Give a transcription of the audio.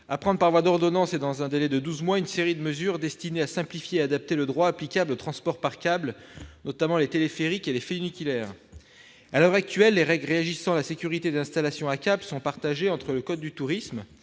à prendre par voie d'ordonnance, dans un délai de douze mois, une série de mesures destinées à simplifier et à adapter le droit applicable au transport par câbles, notamment les téléphériques et les funiculaires. À l'heure actuelle, les règles régissant la sécurité des installations à câbles sont partagées entre le code du tourisme,